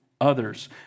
others